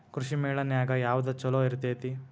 ಕೃಷಿಮೇಳ ನ್ಯಾಗ ಯಾವ್ದ ಛಲೋ ಇರ್ತೆತಿ?